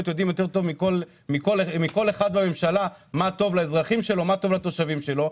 יודעים יותר טוב מכל אחד בממשלה מה טוב לתושבים שלהם,